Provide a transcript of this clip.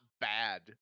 bad